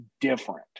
different